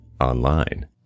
online